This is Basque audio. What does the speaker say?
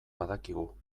badakigu